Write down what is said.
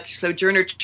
Sojourner